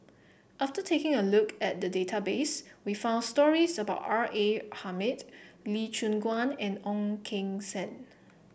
after taking a look at the database we found stories about R A Hamid Lee Choon Guan and Ong Keng Sen